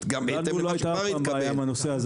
--- לנו לא הייתה אף פעם התנגדות לנושא הזה.